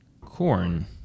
corn